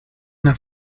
una